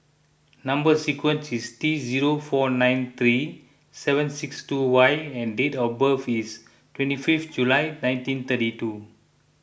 Number Sequence is T zero four nine three seven six two Y and date of birth is twenty fifth July nineteen thirty two